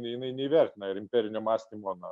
jinai neįvertina ir imperinio mąstymo na